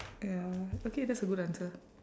ya okay that's a good answer